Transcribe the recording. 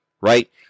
right